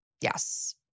Yes